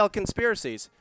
conspiracies